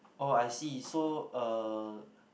oh I see so uh